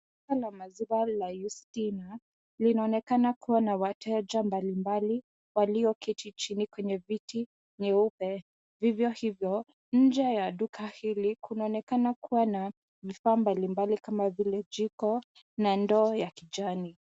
Duka la maziwa la Yustina, linaonekana kuwa na wateja mbalimbali walioketi chini kwenye viti nyeupe. Vivyo hivyo, nje ya duka hili kunaonekana kuwa na vifaa mbalimbali kama vile jiko na ndoo ya kijani.